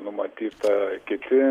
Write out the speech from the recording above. numatyta kiti